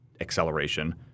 acceleration